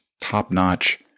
top-notch